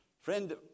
Friend